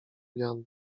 jan